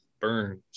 Burns